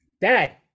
Dad